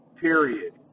period